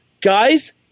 Guys